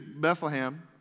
Bethlehem